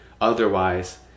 otherwise